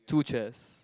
two chairs